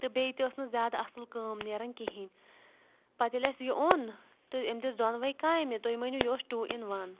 تہٕ بیٚیہِ تہِ ٲس نہٕ زیادٕ اصٕل کٲم نیران کِہیٖنۍ پَتہٕ ییٚلہِ اسہِ یہِ اوٚن تہٕ أمۍ دِژ دۄنؤے کامہِ تُہۍ مٲنیٛوٗ یہِ اوس ٹوٗ اِن وَن